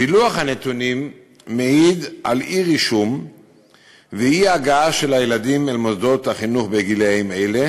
פילוח הנתונים מעיד על אי-רישום ואי-הגעה של הילדים בגילים אלה